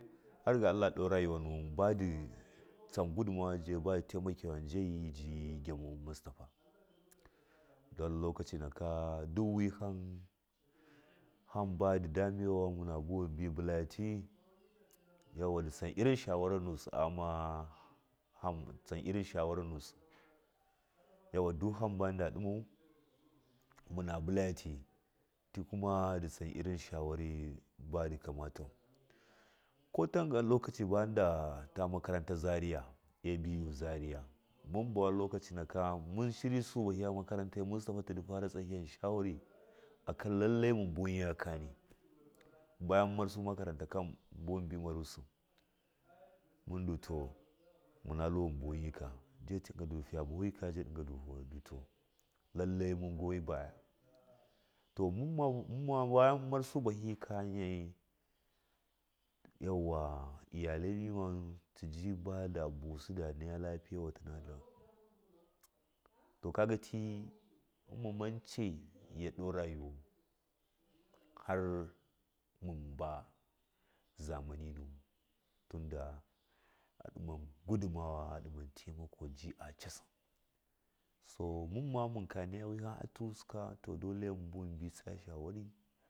har ga allah ɗo raguwa nuwun baditsam dugama jagi badu tamakwan jayi ji mustapha don lokaci nakandu wiham hamba ndɨdamɚwan muna buwun mun bulaga ti gauwa ndɨ tsan trin shawara nusi aghama hamba di esan irin shawawara nuji yauwa duk hamba da munda ɗiman muna bulagati kuma nditson irin shawara badikamatau ko tengan lokaci bamunda makarate zariya a. B. U, zariya mun bowan lokaci naka mu shiryasu bahiya makaratai mustapha tidi tson shawari aka kiki mun buwun yikakani ba musu makarataka mun buwun maruji mun to mu na tluu mun buwun jika ja ɗigo fiya bafu yika mundu hoo lailai man goya buya to min ma baga manmabu bahi yika yauwa iyaki ruwa tɨyi da busɨ da naga lafiya wati natlin to kagatii munbi mance ɗo rayuwa har mumba zamani nuwun tunda aɗiman gudumawa a ɗiman tai mako so munma munkanaya wihamma tuwusɨka mubi tsaya shawari.